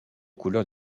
couleurs